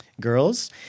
girls